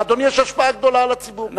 לאדוני יש השפעה גדולה על הציבור,